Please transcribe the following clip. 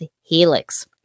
Helix